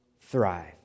thrive